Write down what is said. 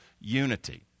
unity